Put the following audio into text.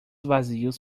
vazios